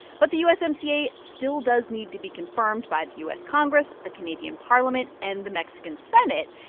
but the usmca still does need to be confirmed by the u s. congress, the canadian parliament and the mexican senate.